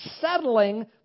settling